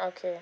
okay